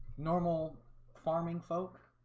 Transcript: normal farming folk